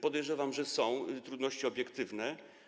Podejrzewam, że są to trudności obiektywne.